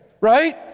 right